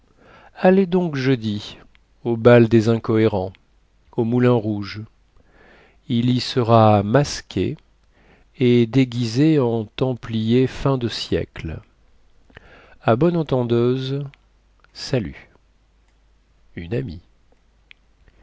allez donc jeudi au bal des incohérents au moulinrouge il y sera masqué et déguisé en templier fin de siècle à bonne entendeuse salut une amie